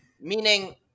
Meaning